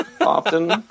often